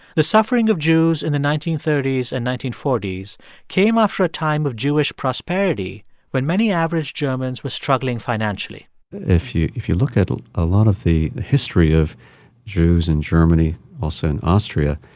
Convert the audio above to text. the suffering of jews in the nineteen thirty s and nineteen forty s came after a time of jewish prosperity when many average germans were struggling financially if you if you look at a lot of the history of jews in germany, also in austria,